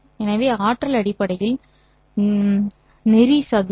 எனவே ஆற்றல் அடிப்படையில் நெறி சதுரம்